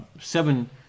seven